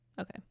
okay